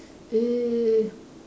eh